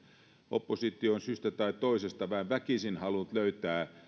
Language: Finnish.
oppositio on syystä tai toisesta väen väkisin halunnut löytää